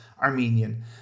armenian